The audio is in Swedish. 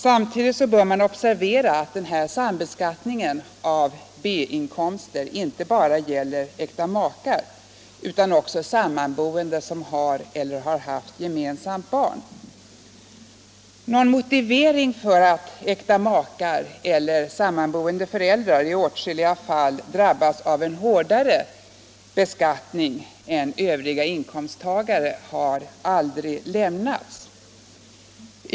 Man bör observera att den här sambeskattningen av B-inkomster inte drabbar bara äkta makar utan också sammanboende som har eller har haft gemensamma barn. Någon motivering för att äkta makar eller sammanboende föräldrar i åtskilliga fall drabbas av en hårdare beskattning än övriga inkomsttagare har aldrig lämnats.